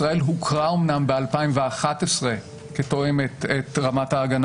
ישראל הוכרה אמנם ב-2011 כתואמת את רמת ההגנה